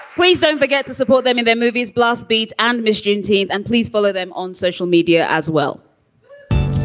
please don't forget to support them in their movies, blast beats and michigan team. and please follow them on social media as well